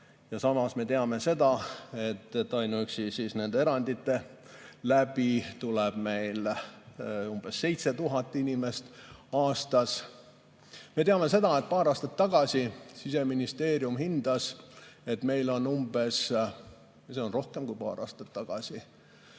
Samas me teame seda, et ainuüksi nende eranditena tuleb meile umbes 7000 inimest aastas. Me teame seda, et paar aastat tagasi Siseministeerium hindas, et meil on umbes – see oli rohkemgi kui paar aastat tagasi